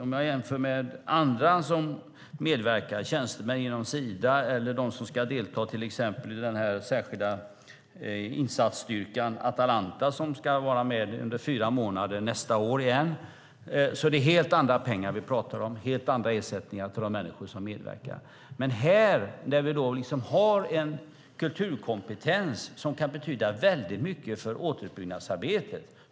Om jag jämför med andra som medverkar - tjänstemän inom Sida eller de som ska delta i den särskilda insatsstyrkan, Atalanta, som ska vara med under fyra månader nästa år igen - är det helt andra pengar och helt andra ersättningar vi talar om för de människor som medverkar. Men här har vi en kulturkompetens som kan betyda mycket för återuppbyggnadsarbetet.